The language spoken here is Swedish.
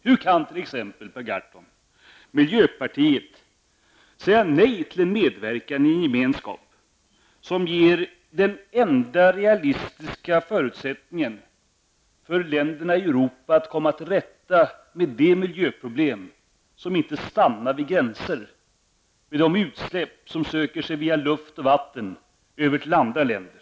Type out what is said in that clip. Hur kan t.ex. miljöpartiet säga nej till medverkan i en gemenskap som ger den enda realistiska förutsättningen för länderna i Europa att komma till rätta med de miljöproblem som inte stannar vid gränser; de utsläpp som via luft och vatten söker sig över till andra länder?